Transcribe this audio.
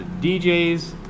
DJs